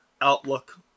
outlook